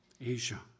Asia